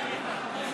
מס'